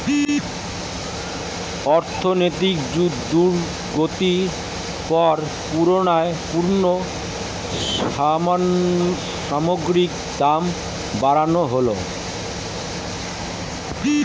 অর্থনৈতিক দুর্গতির পর পুনরায় পণ্য সামগ্রীর দাম বাড়ানো হলো